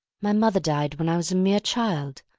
my mother died when i was a mere child.